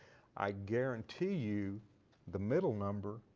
i guarantee you the middle number,